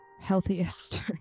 healthiest